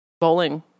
Bowling